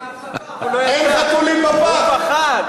אין חתולים בפח.